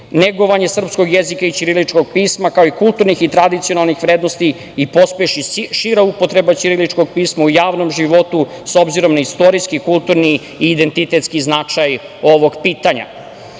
negovanje srpskog jezika i ćiriličnog pisma, kao i kulturnih i tradicionalnih vrednosti i pospeši šira upotreba ćiriličnog pisma u javnom životu, s obzirom na istorijski, kulturni i identitetski značaj ovog pitanja. Možda